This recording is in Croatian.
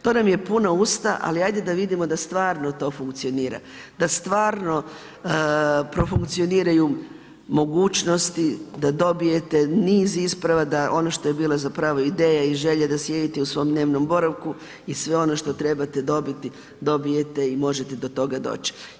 To nam je puna usta ali ajde da vidimo da stvarno to funkcionira, da stvarno profunkcioniraju mogućnosti da dobijete niz isprava da ono što je bila zapravo ideja i želja da sjedite u svom dnevnom boravku i sve ono što trebate dobiti dobijete i možete do toga doći.